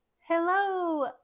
hello